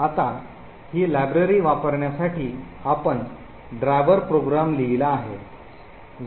आता ही लायब्ररी वापरण्यासाठी आपण ड्रायव्हर प्रोग्रॅम लिहिला आहे जो driver